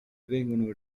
vengono